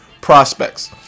prospects